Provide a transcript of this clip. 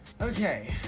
okay